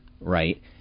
right